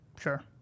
Sure